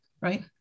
Right